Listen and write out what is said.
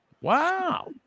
wow